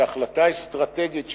כהחלטה אסטרטגית שלי,